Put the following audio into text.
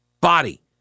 body